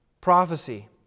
prophecy